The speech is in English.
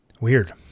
Weird